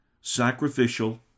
sacrificial